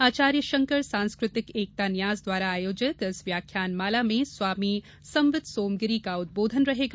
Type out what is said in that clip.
आचार्य शंकर सांस्कृतिक एकता न्यास द्वारा आयोजित इस व्याख्यान माला में स्वामी सम्वित सोमगिरी का उदबोधन रहेगा